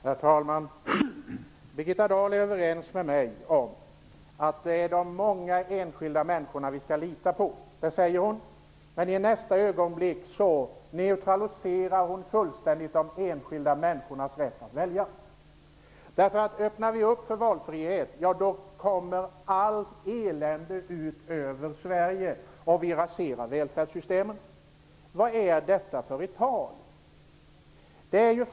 Herr talman! Birgitta Dahl är överens med mig om att det är de många enskilda människorna som vi skall lita på, säger hon. Men i nästa ögonblick neutraliserar hon fullständigt de enskilda människornas rätt att välja, därför att om vi öppnar upp för valfrihet kommer allt elände ut över Sverige och vi raserar välfärdssystemen. Vad är detta för tal?